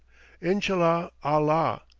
inshallah, al-lah,